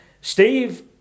Steve